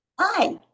Hi